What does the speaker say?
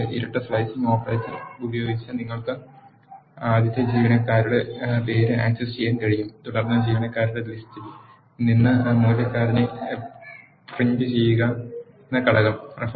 അതുപോലെ ഇരട്ട slicing operator ഉപയോഗിച്ച് നിങ്ങൾക്ക് ആദ്യത്തെ ജീവനക്കാരുടെ പേര് ആക്സസ് ചെയ്യാൻ കഴിയും തുടർന്ന് ജീവനക്കാരുടെ ലിസ്റ്റ് യിൽ നിന്ന് മൂല്യക്കാരനെ പ്രിന്റുചെയ്യുന്ന ഘടകം